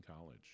College